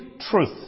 truth